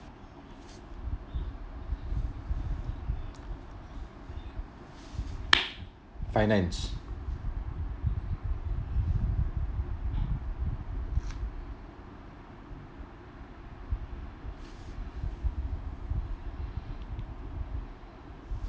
finance